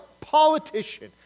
politician